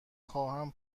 خواهم